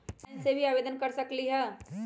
Online से भी loan के आवेदन कर सकलीहल?